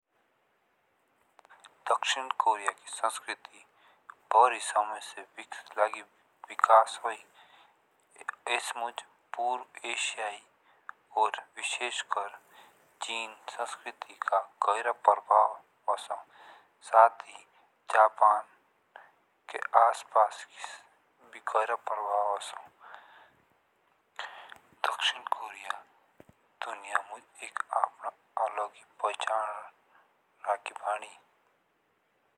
दक्षिण कोरिया की संस्कृति भारी समय से विकसित लागी विकास लागी हुई। अच मुझ पूर्व एशियाई चीन संस्कृति का गहरा प्रभाव अउसो साथ ही जापान के आसपास भी गहरा प्रभाव ओसो। दक्षिण कोरिया मुझ दुनिया की एक अलग पहचान राखी वाणी।